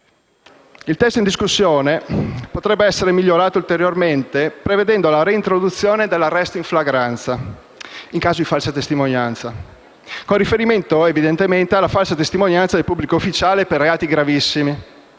II testo in discussione potrebbe essere migliorato ulteriormente prevedendo la reintroduzione dell'arresto in flagranza, in caso di falsa testimonianza, con particolare riferimento alla falsa testimonianza del pubblico ufficiale per reati gravissimi.